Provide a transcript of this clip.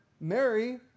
Mary